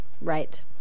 Right